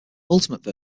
ultimate